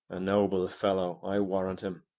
a noble fellow, i warrant him.